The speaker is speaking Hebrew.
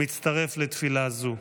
מצטרף לתפילה זו.